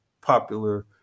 popular